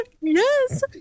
yes